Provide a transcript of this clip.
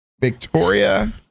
Victoria